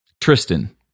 Tristan